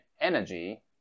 energy